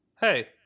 Hey